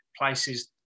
places